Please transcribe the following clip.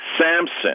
Samson